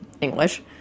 English